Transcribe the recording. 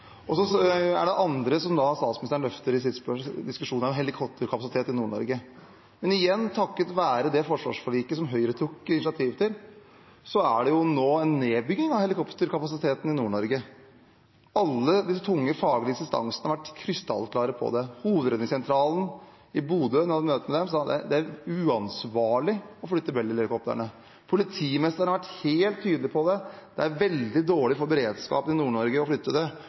statsministeren løfter fram i diskusjonen, er helikopterkapasitet i Nord-Norge. Men igjen: Takket være det forsvarsforliket som Høyre tok initiativet til, skjer det nå en nedbygging av helikopterkapasiteten i Nord-Norge. Alle de tunge faglige instansene har vært krystallklare på det: I møter med hovedredningssentralen i Bodø sier de at det er uansvarlig å flytte Bell-helikoptrene. Politimesteren har vært helt tydelig på det: Det er veldig dårlig for beredskapen i Nord-Norge å flytte dem. Fylkesmannen, som har det